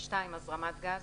הזרמת גז,